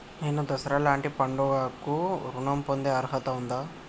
నేను దసరా లాంటి పండుగ కు ఋణం పొందే అర్హత ఉందా?